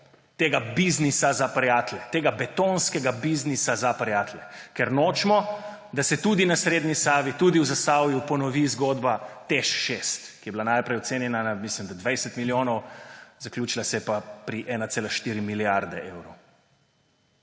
tega biznisa za prijatelje, tega betonskega biznisa za prijatelje. Ker nočemo, da se tudi na srednji Savi, tudi v Zasavju ponovi zgodba Teš 6, ki je bila najprej ocenjena, mislim da, na 20 milijonov, zaključila se je pa pri 1,4 milijarde evrov.